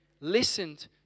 listened